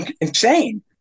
insane